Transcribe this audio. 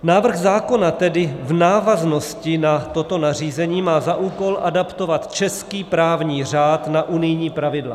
Návrh zákona tedy v návaznosti na toto nařízení má za úkol adaptovat český právní řád na unijní pravidla.